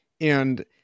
And-